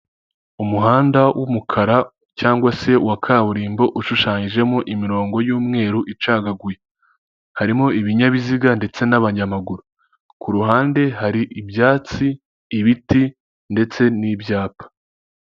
Umuhanda w'umukara cyangwa se wa kaburimbo ushushanyijemo imirongo y'umweru icagaguye, harimo ibinyabiziga ndetse n'abanyamaguru, ku ruhande hari ibyatsi, ibiti ndetse n'ibyapa.